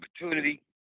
opportunity